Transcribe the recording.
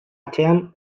atzean